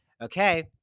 Okay